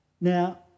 Now